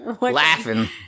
laughing